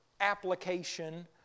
application